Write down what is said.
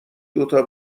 دوتا